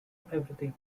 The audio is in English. everything